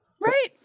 Right